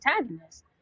antagonists